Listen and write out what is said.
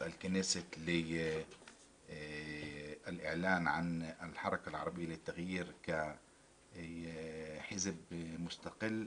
הכנסת להכריז על התנועה הערבית לשינוי כמפלגה עצמאית,